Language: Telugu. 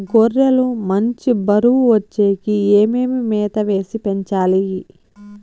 గొర్రె లు మంచి బరువు వచ్చేకి ఏమేమి మేత వేసి పెంచాలి?